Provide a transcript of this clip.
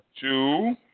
two